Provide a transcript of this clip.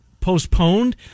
postponed